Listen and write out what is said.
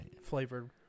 flavored